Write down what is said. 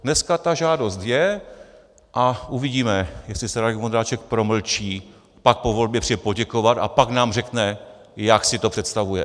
Dneska ta žádost je a uvidíme, jestli se Radek Vondráček promlčí, pak po volbě přijde poděkovat a pak nám řekne, jak si to představuje.